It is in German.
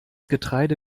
getreide